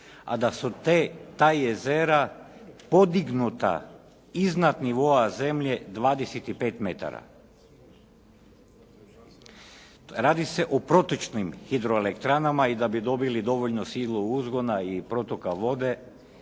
a da su ta jezera podignuta iznad nivoa zemlje 25 metara. Radi se o protočnim hidroelektranama i da bi dobili dovoljno slivnog uzgona i protoka vode